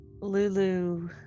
Lulu